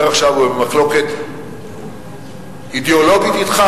עכשיו הוא במחלוקת אידיאולוגית אתך.